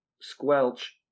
squelch